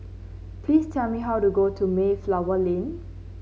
please tell me how to go to Mayflower Lane